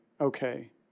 Okay